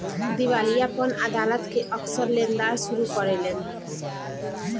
दिवालियापन अदालत के अक्सर लेनदार शुरू करेलन